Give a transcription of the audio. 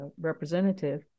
representative